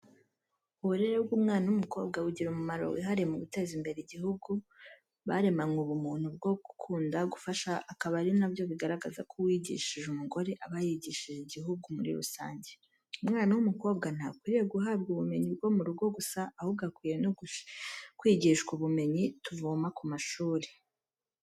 Uburere bw’umwana w’umukobwa bugira umumaro wihariye mu guteza imbere igihugu, baremanywe ubumuntu bwo gukunda gufasha akaba ari na byo bigaragaza ko uwigishije umugore aba yigishije igihugu muri rusange. Umwana w’umukobwa ntakwiriye guhabwa ubumenyi bwo mu rugo gusa ahubwo akwiye no kwigishwa ubumenyi tuvoma ku mashuri.